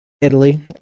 Italy